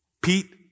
Pete